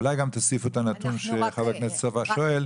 אולי גם תוסיפו את הנתון שחבר הכנסת סובה שואל,